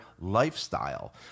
lifestyle